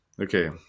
Okay